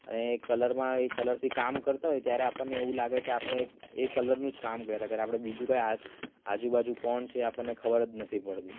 અને એ કલરમાં એ કલરથી કામ કરતાં હોઈએ ત્યારે આપણને એવું લાગે કે આપણે એ કલરનું જ કામ કર્યા કરીએ આપણે બીજું કાંઈ આસ આજુબાજુ કોણ છે આપણને ખબર જ નથી પડતી